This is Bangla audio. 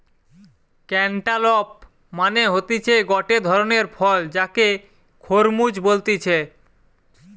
ক্যান্টালপ মানে হতিছে গটে ধরণের ফল যাকে খরমুজ বলতিছে